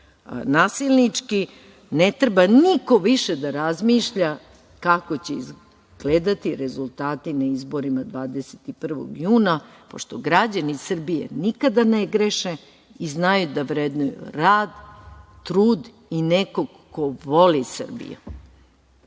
nasilnički ne treba niko više da razmišlja kako će izgledati rezultati na izborima 21. juna, pošto građani Srbije nikada ne greše i znaju da vrednuju rad, trudi i nekog ko voli Srbiju.